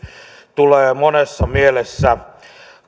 tulee monessa mielessä